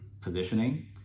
positioning